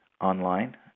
online